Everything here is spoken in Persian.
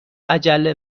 عجله